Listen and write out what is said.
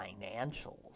financials